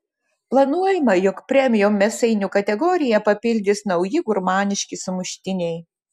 planuojama jog premium mėsainių kategoriją papildys nauji gurmaniški sumuštiniai